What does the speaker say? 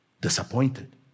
disappointed